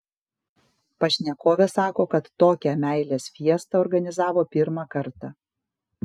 pašnekovė sako kad tokią meilės fiestą organizavo pirmą kartą